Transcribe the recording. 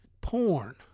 porn